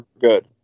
good